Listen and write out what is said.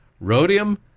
rhodium